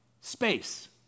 space